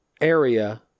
area